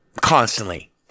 Constantly